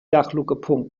dachluke